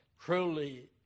truly